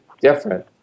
different